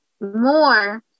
more